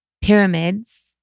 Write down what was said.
pyramids